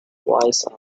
voice